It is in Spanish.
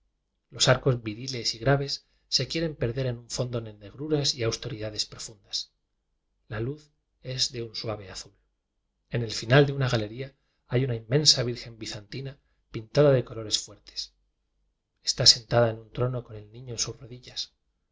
los arcos viri les y graves se quieren perder en un fondo de negruras y austeridades profundas la luz es de un suave azul en el final de una galería hay una inmen sa virgen bizantina pintada de colores fuerfes está sentada en un trono con el niño en sus rodillas